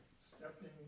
stepping